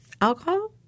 Alcohol